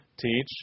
teach